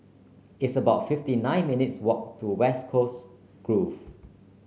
it's about fifty nine minutes walk to West Coast Grove